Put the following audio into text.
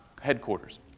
headquarters